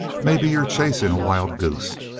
maybe you're chasing a wild goose?